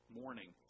morning